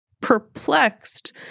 perplexed